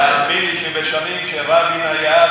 תאמין לי שבשנים שרבין היה,